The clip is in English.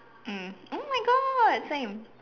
mm oh my God same